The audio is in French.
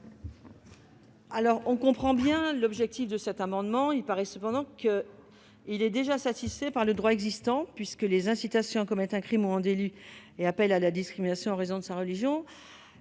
? Je comprends l'objet de cet amendement. Il paraît cependant déjà satisfait par le droit existant, puisque les incitations à commettre un crime ou un délit et les appels à la discrimination en raison de la religion